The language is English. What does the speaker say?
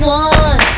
one